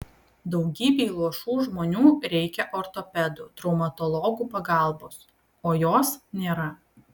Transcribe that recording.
daugybei luošų žmonių reikia ortopedų traumatologų pagalbos o jos nėra